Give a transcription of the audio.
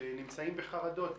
שנמצאים בחרדות,